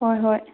ꯍꯣꯏ ꯍꯣꯏ